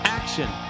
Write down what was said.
action